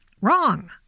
Wrong